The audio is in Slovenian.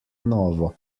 novo